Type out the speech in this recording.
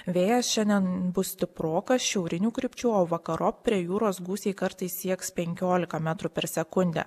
vėjas šiandien bus stiprokas šiaurinių krypčių o vakarop prie jūros gūsiai kartais sieks penkiolika metrų per sekundę